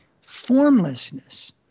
Formlessness